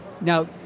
now